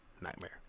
nightmare